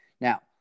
Now